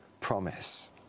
promise